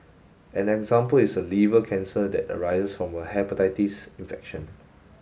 an example is a liver cancer that arises from a hepatitis infection